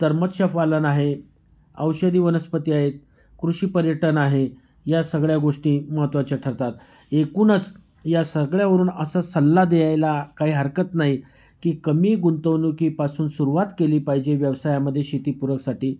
तर मत्स्यपालन आहे औषधी वनस्पती आहेत कृषि पर्यटन आहे या सगळ्या गोष्टी महत्त्वाच्या ठरतात एकूणच या सगळ्यावरून असा सल्ला द्यायला काही हरकत नाही की कमी गुंतवणुकीपासून सुरुवात केली पाहिजे व्यवसायामध्ये शेतीपूरकसाठी